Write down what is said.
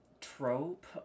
trope